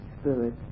spirit